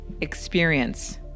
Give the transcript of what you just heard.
experience